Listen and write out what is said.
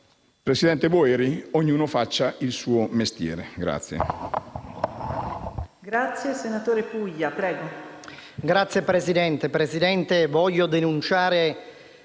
Presidente Boeri, ognuno faccia il suo mestiere.